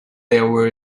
there